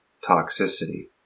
toxicity